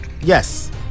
yes